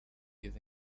give